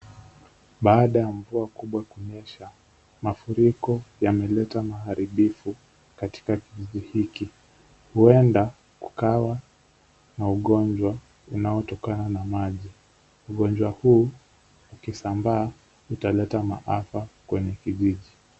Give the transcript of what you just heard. Baada ya mvua kubwa kunyesha, mafuriko yameleta maharibifu katika kijiji hiki. Huenda kukawa na ugonjwa unaotokana na maji. Ugonjwa huu ukisambaa utaleta maafa kwenye kijiji.